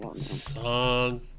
Song